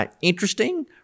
interesting